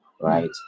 right